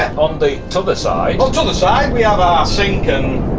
on the tother side, on tother side we have our sink and